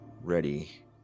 ready